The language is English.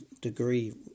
degree